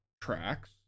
tracks